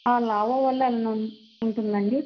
lava వల్ల అలానే ఉంటుందా అండి